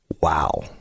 Wow